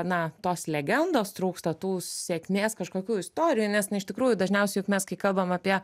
na tos legendos trūksta tų sėkmės kažkokių istori nes na iš tikrųjų dažniausiai juk mes kai kalbam apie